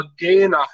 again